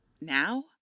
Now